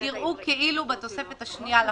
יראו כאילו בתוספת השנייה לחוק,